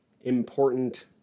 important